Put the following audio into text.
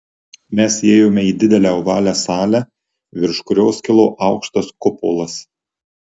mes įėjome į didelę ovalią salę virš kurios kilo aukštas kupolas